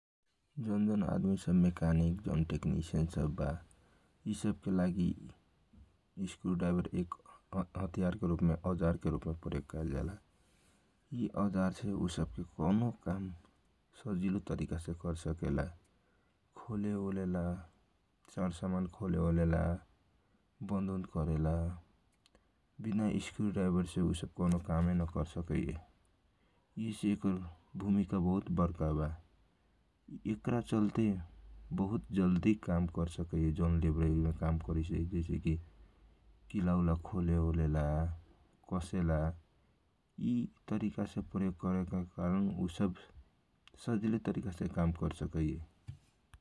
जौन जौन आदमी सब मेकानिक ओर टेकनिसियन सबवाइ सबके लागी इस्क्रुडाइभ एक औजार के रूपमे प्रयोग होवेला इ औजार से इसब कौनो काम सजिलो तरिकाछे कर सकेला खोले ओलेला स समान खोलेला बनदओनद करेला विना इस्क्रुडाइभर छे कौनो कामेन कर सकइए इहेसे एक र क भुमिका बहुत बडका एकटा चलते बहुत जलदी काम करे सकैए जौन लेवरइ मे काम करेला उहेसे किला उला खोलेला कसेला सजिलो तरिका से काम कर सकाइए ।